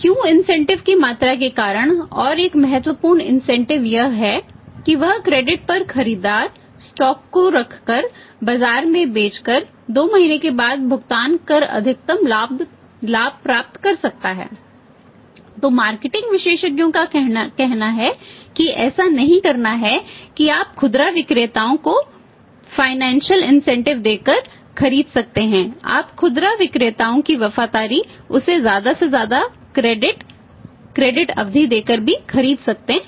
क्यों इंसेटिव अवधि देकर भी खरीद सकते हैं